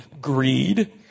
greed